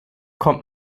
kommt